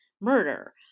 murder